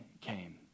came